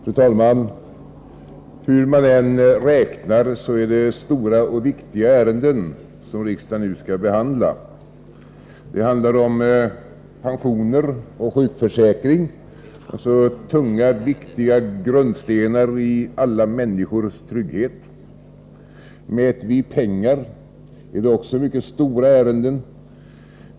Fru talman! Hur man än räknar är det stora och viktiga ärenden som riksdagen nu skall behandla. Det handlar om pensioner och sjukförsäkring, dvs. tunga och viktiga grundstenar i alla människors trygghet. Mäter vi i pengar är det också mycket stora ärenden.